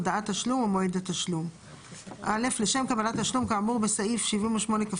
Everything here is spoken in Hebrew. הודעת תשלום ומועד התשלום 78כז. (א) לשם קבלת תשלום כאמור בסעיף 78כד,